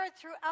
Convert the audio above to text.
throughout